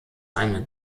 eine